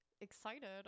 excited